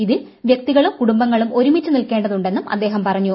ഇതിൽ വൃക്തികളും കുടുംബങ്ങളും ഒരുമിച്ച് നിൽക്കേണ്ടതുണ്ടെന്നും അദ്ദേഹം പറഞ്ഞു